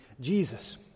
jesus